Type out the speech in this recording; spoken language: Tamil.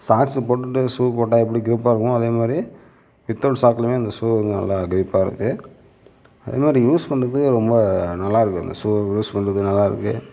சாக்ஸு போட்டுட்டு ஷூ போட்டால் எப்படி க்ரிப்பாக இருக்குமோ அதே மாதிரி வித் அவுட் சாக்ஸ்லயுமே அந்த ஷூ நல்லா க்ரிப்பாக இருக்குது அதே மாதிரி யூஸ் பண்ணுறது ரொம்ப நல்லா இருக்குது இந்த ஷூ யூஸ் பண்ணுறது நல்லா இருக்குது